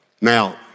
Now